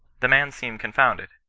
the man seemed confounded.